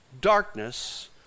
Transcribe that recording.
darkness